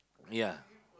yeah